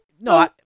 No